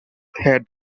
had